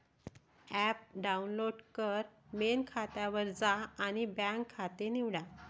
app download कर, main खात्यावर जा आणि बँक खाते निवडा